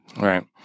Right